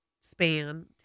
span